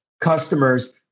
customers